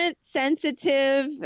sensitive